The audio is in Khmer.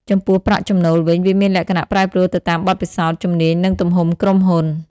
ចំពោះប្រាក់ចំណូលវិញ វាមានលក្ខណៈប្រែប្រួលទៅតាមបទពិសោធន៍ ជំនាញ និងទំហំក្រុមហ៊ុន។